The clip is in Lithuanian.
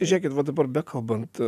žėkit va dabar bekalbant